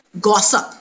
gossip